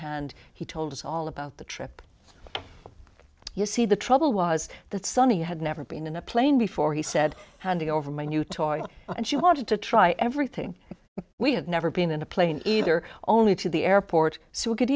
hand he told us all about the trip you see the trouble was that sonny had never been in a plane before he said handing over my new toy and she wanted to try everything we had never been in a plane either only to the airport so i could